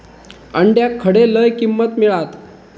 अंड्याक खडे लय किंमत मिळात?